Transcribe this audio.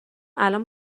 الان